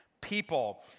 people